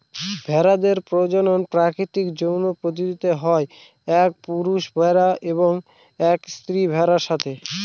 ভেড়াদের প্রজনন প্রাকৃতিক যৌন পদ্ধতিতে হয় এক পুরুষ ভেড়া এবং এক স্ত্রী ভেড়ার সাথে